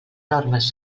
normes